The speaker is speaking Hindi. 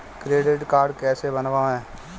क्रेडिट कार्ड कैसे बनवाएँ?